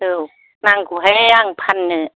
औ नांगौहाय आं फाननो